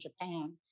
Japan